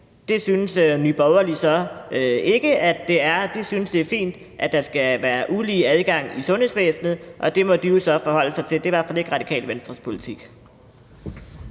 Det synes Nye Borgerlige så ikke at det er; de synes, det er fint, at der er ulige adgang i sundhedsvæsenet, og det må de jo så forholde sig til. Det er i hvert fald ikke Radikale Venstres politik.